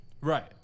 right